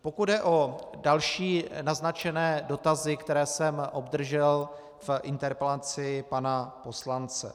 Pokud jde o další naznačené dotazy, které jsem obdržel v interpelaci pana poslance.